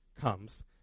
comes